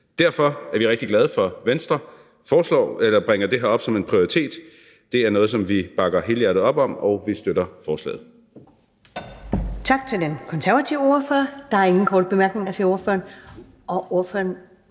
Derfor er vi rigtig glade for, at Venstre bringer det her op som en prioritet. Det er noget, som vi bakker helhjertet op om, og vi støtter forslaget.